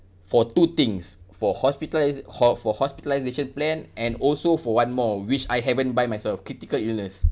for two things for hospitali~ ho~ for hospitalisation plan and also for one more which I haven't buy myself critical illness